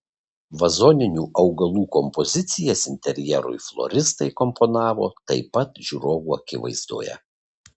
vazoninių augalų kompozicijas interjerui floristai komponavo taip pat žiūrovų akivaizdoje